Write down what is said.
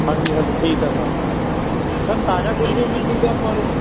ਹਾਂਜੀ ਹਾਂਜੀ ਠੀਕ ਹੈ ਸਰ ਸਰ ਤਾਜ਼ਾ ਗੁੜ ਵੀ ਮਿਲ ਜੂਗਾ ਆਪਾਂ ਨੂੰ